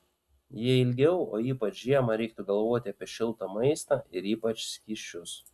jei ilgiau o ypač žiemą reiktų galvoti apie šiltą maistą ir ypač skysčius